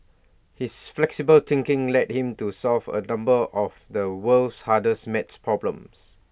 his flexible thinking led him to solve A number of the world's hardest maths problems